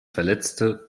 verletzte